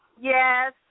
Yes